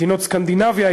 מדינות סקנדינביה?